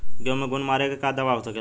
गेहूँ में घुन मारे के का दवा हो सकेला?